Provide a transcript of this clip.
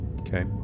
Okay